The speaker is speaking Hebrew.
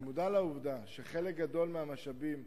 אני מודע לעובדה שחלק גדול מהמשאבים,